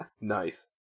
Nice